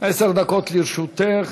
עשר דקות לרשותך.